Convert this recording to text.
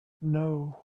know